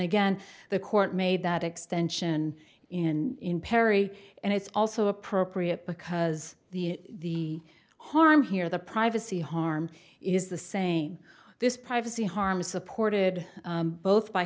again the court made that extension in perry and it's also appropriate because the harm here the privacy harm is the same this privacy harm is supported both by